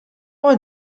vingt